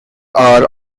are